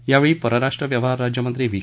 याप्रसंगी परराष्ट्र व्यवहार राज्यमंत्री व्ही